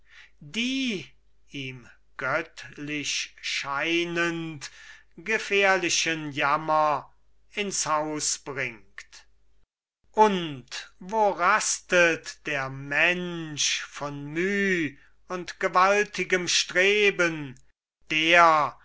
die ihm göttlich scheinend gefährlichen jammer ins haus bringt und wo rastet der mensch von müh und gewaltigem streben der